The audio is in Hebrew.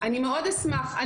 אני מאוד אשמח.